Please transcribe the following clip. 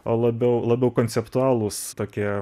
o labiau labiau konceptualūs tokie